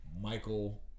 Michael